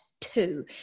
two